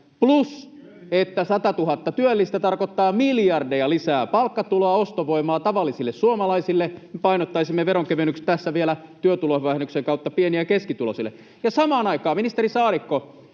plus se, että 100 000 työllistä tarkoittaa miljardeja lisää palkkatuloa, ostovoimaa tavallisille suomalaisille. Me painottaisimme veronkevennykset tässä vielä työtulovähennyksien kautta pieni‑ ja keskituloisille. Samaan aikaan, ministeri Saarikko,